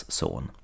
son